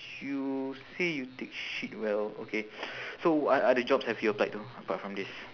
you say you take shit well okay so what other jobs have you applied to apart from this